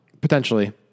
Potentially